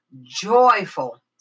joyful